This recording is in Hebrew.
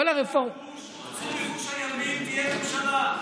כל הרפורמות --- צאו מגוש הימין, תהיה ממשלה.